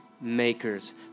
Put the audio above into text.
makers